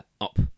up